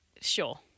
sure